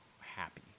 happy